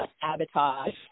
sabotage